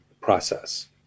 process